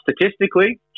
statistically